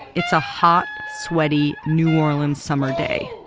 it's a hot, sweaty new orleans summer day.